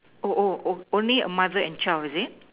oh oh oh only a mother and child is it